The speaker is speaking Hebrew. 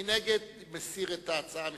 מי שמצביע נגד מציע להסיר את ההצעה מסדר-היום.